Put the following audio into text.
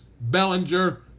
Bellinger